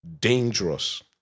dangerous